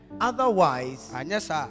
Otherwise